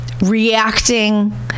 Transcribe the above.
reacting